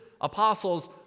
apostles